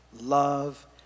love